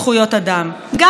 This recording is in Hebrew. ערבי או להט"ב,